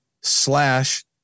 slash